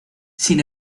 sin